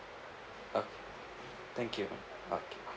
okay thank you ma'am okay